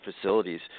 facilities